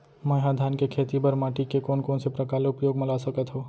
मै ह धान के खेती बर माटी के कोन कोन से प्रकार ला उपयोग मा ला सकत हव?